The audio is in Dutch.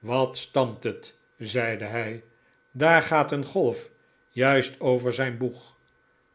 wat stampt het zeide hij daargaat een golf juist over zijn boeg